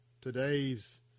today's